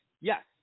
Yes